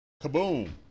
Kaboom